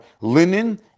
linen